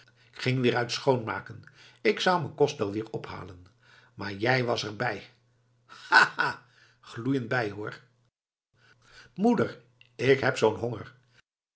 ging weer uit schoonmaken k zou m'n kost wel weer ophalen maar jij was er bij ha ha gloeiend bij hoor moeder ik heb zoo'n honger